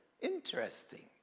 Interesting